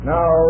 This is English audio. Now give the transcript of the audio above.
Now